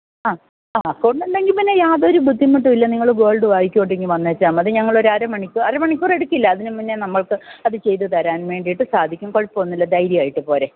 ആ ആ അക്കൗണ്ടുണ്ടെങ്കിൽ പിന്നെ യാതൊരു ബുദ്ധിമുട്ടുമില്ല നിങ്ങൾ ഗോൾഡുമായിക്കൊണ്ടിങ്ങ് വന്നേച്ചാൽ മതി ഞങ്ങളൊരര മണിക്കൂർ അര മണിക്കൂറെടുക്കില്ല അതിന് മൂന്ന് നമുക്ക് അതു ചെയ്തു തരാൻ വേണ്ടിയിട്ടു സാധിക്കും കുഴപ്പമൊന്നുമില്ല ധൈര്യമായിട്ടു പോരെ